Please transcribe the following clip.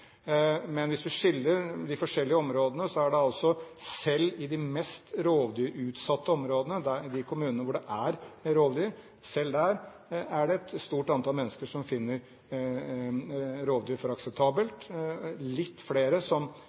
Men hvis vi skiller de forskjellige områdene, er det selv i de mest rovdyrutsatte områdene, i de kommunene hvor det er rovdyr, et stort antall mennesker som finner rovdyr akseptabelt, litt flere som